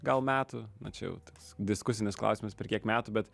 gal metų na čia jau tas diskusinis klausimas per kiek metų bet